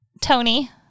Tony